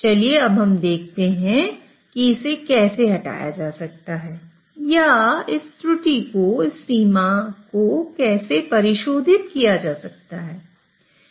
चलिए अब हम देखते हैं कि इसे कैसे हटाया जा सकता है या इस त्रुटि को या इस सीमा को कैसे परिशोधित किया जा सकता है